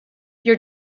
your